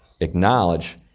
acknowledge